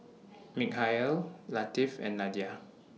Mikhail Latif and Nadia